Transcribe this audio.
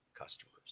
customers